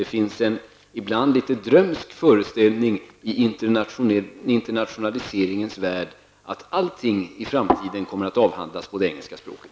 Det finns ibland en litet drömsk föreställning i internationaliseringens värld om att allting i framtiden kommer att avhandlas på det engelska språket.